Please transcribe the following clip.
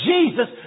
Jesus